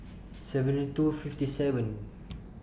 seventy two fifty seven